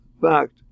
fact